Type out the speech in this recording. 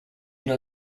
know